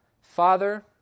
Father